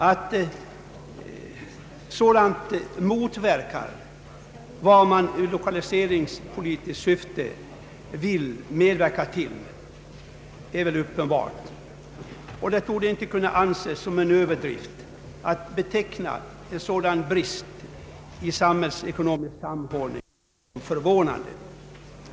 Att sådant motverkar de åtgärder som vidtas i lokaliseringspolitiskt syfte är alldeles klart, och det torde inte kunna anses som en överdrift att beteckna en sådan brist i samhällsekonomisk samordning som förvånande.